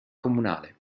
comunale